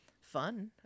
fun